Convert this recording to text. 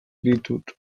ditut